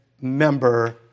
member